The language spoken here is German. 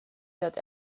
wird